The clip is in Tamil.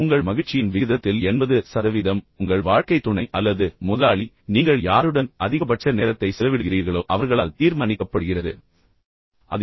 உங்கள் மகிழ்ச்சியின் விகிதத்தில் எண்பது சதவீதம் உங்கள் வாழ்க்கைத் துணை அல்லது முதலாளி நீங்கள் யாருடன் அதிகபட்ச நேரத்தை செலவிடுகிறீர்களோ அவர்களால் தீர்மானிக்கப்படுகிறது என்றும் நான் குறிப்பிட்டுள்ளேன்